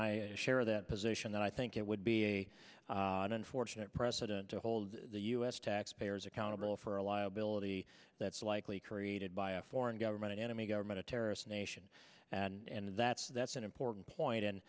i share that position and i think it would be a an unfortunate precedent to hold the u s taxpayers accountable for a liability that's likely created by a foreign government an enemy government a terrorist nation and that's that's an important point and